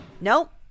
nope